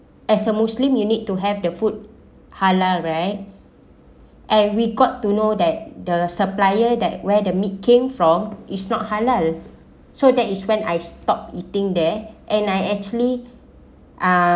as a muslim you need to have the food halal right and we got to know that the supplier that where the meat came from is not halal so that is when I stop eating there and I actually ah